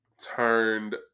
turned